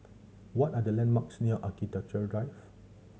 what are the landmarks near Architecture Drive